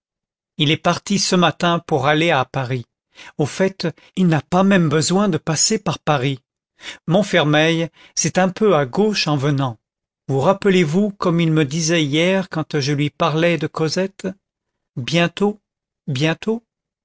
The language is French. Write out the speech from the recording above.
il est parti ce matin pour aller à paris au fait il n'a pas même besoin de passer par paris montfermeil c'est un peu à gauche en venant vous rappelez-vous comme il me disait hier quand je lui parlais de cosette bientôt bientôt